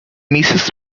misses